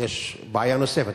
שיש בעיה נוספת,